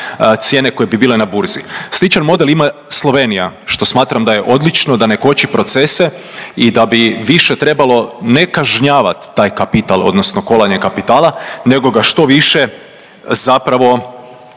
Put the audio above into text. cijene koje bi bile na burzi. Sličan model ima Slovenija što smatram da je odlično, da ne koči procese i da bi više trebalo ne kažnjavat taj kapital odnosno kolanje kapitala, nego ga što više zapravo